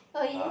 oh yeah